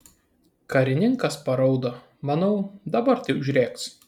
karininkas paraudo manau dabar tai užrėks